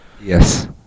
Yes